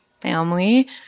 family